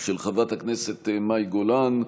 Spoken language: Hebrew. של חברת הכנסת מאי גולן,